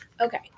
Okay